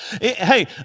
Hey